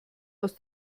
aus